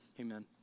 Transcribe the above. amen